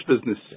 business